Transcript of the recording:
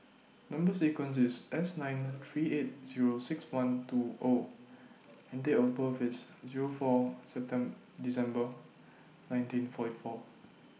Number sequence IS S nine three eight Zero six one two O and Date of birth IS Zero four December nineteen forty four